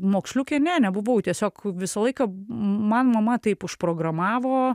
moksliuke ne nebuvau tiesiog visą laiką man mama taip užprogramavo